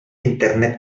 internet